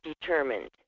determined